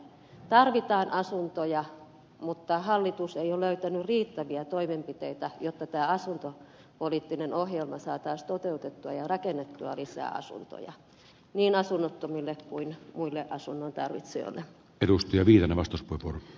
tarvitaan asuntoja mutta hallitus ei ole löytänyt riittäviä toimenpiteitä jotta tämä asuntopoliittinen ohjelma saataisiin toteutettua ja rakennettua lisää asuntoja niin asunnottomille kuin muille asunnon tarvitsijoille